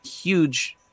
huge